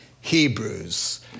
Hebrews